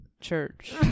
church